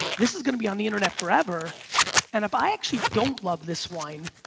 this is gonna be on the internet forever and if i actually don't love this wine,